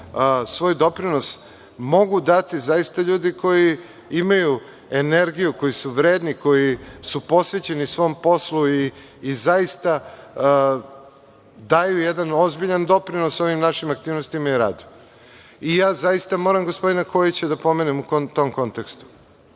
svoj doprinos mogu dati zaista ljudi koji imaju energiju, koji su vredni, koji su posvećeni svom poslu i zaista daju jedan ozbiljan doprinos ovim našim aktivnostima i radu. Zaista moram gospodina Kojića da pomenem u tom kontekstu.